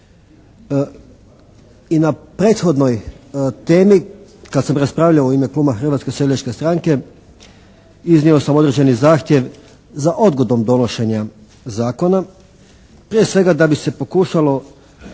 i na prethodnoj temi kad sam raspravljao u ime kluba Hrvatske seljačke stranke iznio sam određeni zahtjev za odgodom donošenja zakona prije svega da bi se pokušalo